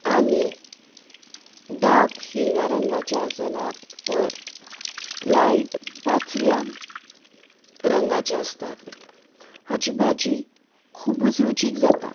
आनी डार्क हिरव्या रंगाचे आसनात तर लायट पाचव्या रंगाचे आसतात हाची भाजी खुबूच रुचीक जाता